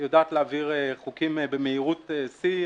היא יודעת להעביר חוקים במהירות שיא.